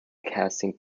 casting